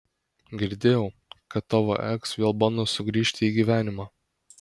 girdėjau kad tavo eks vėl bando sugrįžt į gyvenimą